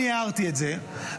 הערתי על זה,